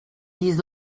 dix